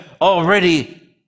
already